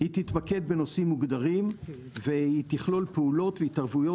היא תתמקד בנושאים מוגדרים והיא תכלול פעולות והתערבויות